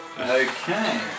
Okay